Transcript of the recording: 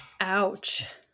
Ouch